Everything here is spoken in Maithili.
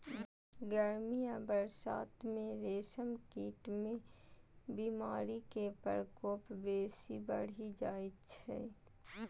गर्मी आ बरसात मे रेशम कीट मे बीमारी के प्रकोप बेसी बढ़ि जाइ छै